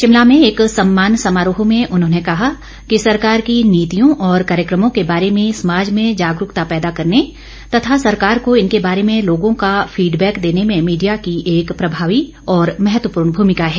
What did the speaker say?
शिमला में एक सम्मान समारोह में उन्होंने कहा कि सरकार की नीतियों और कार्यक्रमों के बारे में समाज में जागरूकता पैदा करने तथा सरकार को इनके बारे में लोगों का फीडबैक देने में मीडिया की एक प्रभावी और महत्वपूर्ण भूमिका है